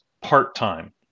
part-time